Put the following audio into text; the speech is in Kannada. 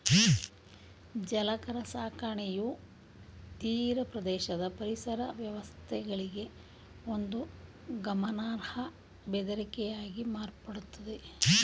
ಜಲಚರ ಸಾಕಣೆಯು ತೀರಪ್ರದೇಶದ ಪರಿಸರ ವ್ಯವಸ್ಥೆಗಳಿಗೆ ಒಂದು ಗಮನಾರ್ಹ ಬೆದರಿಕೆಯಾಗಿ ಮಾರ್ಪಡ್ತಿದೆ